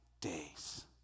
days